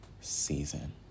season